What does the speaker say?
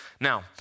Now